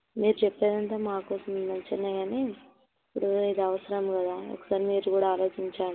మీరు చెప్పేది అంతా మా కోసమే మంచి ఏ కాని ఇప్పుడు ఇది అవసరం కదా ఒక్కసారి మీరు కూడా ఆలోచించండి